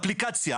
זו אפליקציה.